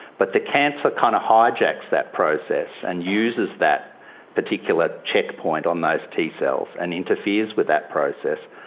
but the cancer kind of hijacks that process, and uses that particular check point on those t-cells and interferes with that process.